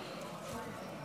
אני מזמין